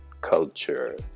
culture